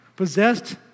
Possessed